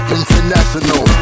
international